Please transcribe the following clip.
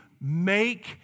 make